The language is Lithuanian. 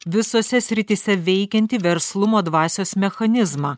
visose srityse veikiantį verslumo dvasios mechanizmą